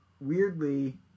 weirdly